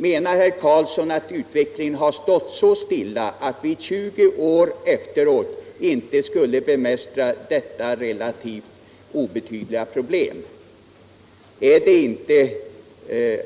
Mcnar herr Karlsson då att utvecklingen har stått så stilla, att vi 20 år efteråt inte skulle kunna bemästra detta relativt obetydliga problem? Är det inte tid,